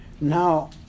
Now